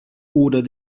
oder